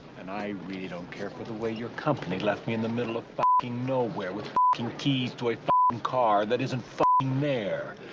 and i really don't care for the way your company left me in the middle of but nowhere with keys to a and car that isn't there.